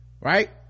Right